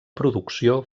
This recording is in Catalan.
producció